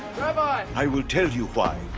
rabbi! i will tell you why.